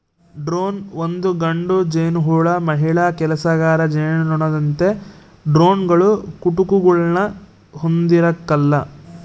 drone ಒಂದು ಗಂಡು ಜೇನುಹುಳು ಮಹಿಳಾ ಕೆಲಸಗಾರ ಜೇನುನೊಣದಂತೆ ಡ್ರೋನ್ಗಳು ಕುಟುಕುಗುಳ್ನ ಹೊಂದಿರಕಲ್ಲ